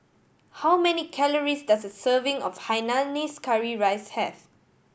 how many calories does a serving of hainanese curry rice have